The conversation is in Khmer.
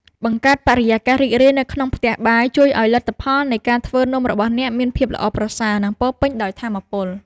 បង្កើតបរិយាកាសរីករាយនៅក្នុងផ្ទះបាយជួយឱ្យលទ្ធផលនៃការធ្វើនំរបស់អ្នកមានភាពល្អប្រសើរ និងពោរពេញដោយថាមពល។